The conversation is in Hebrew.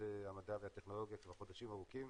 המדע והטכנולוגיה כבר חודשים ארוכים.